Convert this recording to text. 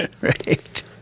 Right